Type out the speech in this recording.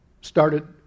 started